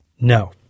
No